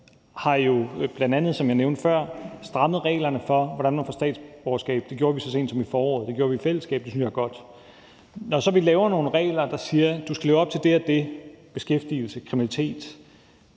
jeg nævnte før, strammet reglerne for, hvordan man får statsborgerskab. Det gjorde vi så sent som i foråret, det gjorde vi i fællesskab, og det synes jeg er godt. Når vi så laver nogle regler, der siger, at du skal leve op til det og det – i forhold til beskæftigelse, kriminalitet